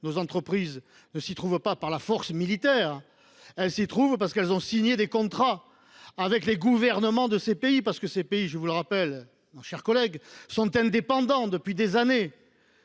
nos entreprises ne s’y trouvent pas par la force militaire : elles s’y trouvent parce qu’elles ont signé des contrats avec les gouvernements de ces pays qui, je vous le rappelle, mon cher collègue, sont indépendants depuis des années.